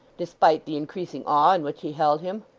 despite the increasing awe in which he held him.